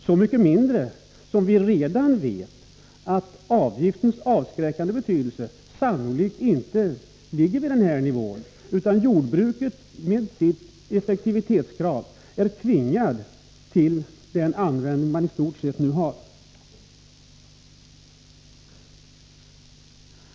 Vi vet ju redan nu att en avgift på den nu föreslagna nivån inte har någon större avskräckande effekt, utan jordbruket är — med de krav på effektivitet som finns — tvingat att använda handelsgödsel i stort sett i den omfattning som nu sker.